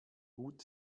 gut